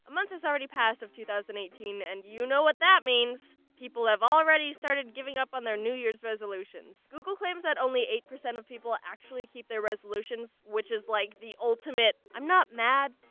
month has already passed of two thousand and eighteen and you know what that means! people have already started giving up on their new year's resolutions. google claims that only eight percent of people actually keep their resolutions, which is like the ultimate i'm not mad,